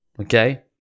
okay